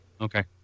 Okay